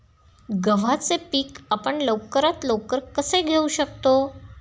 गव्हाचे पीक आपण लवकरात लवकर कसे घेऊ शकतो?